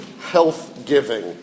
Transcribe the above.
health-giving